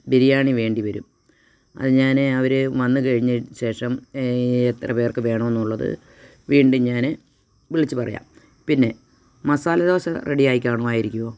ബിരിയാണി വേണ്ടി വരും അത് ഞാൻ അവർ വന്ന് കഴിഞ്ഞ ശേഷം എത്ര പേർക്ക് വേണമെന്നുള്ളത് വീണ്ടും ഞാൻ വിളിച്ച് പറയാം പിന്നെ മസാല ദോശ റെഡി ആയി കാണുവായിരിക്കുവോ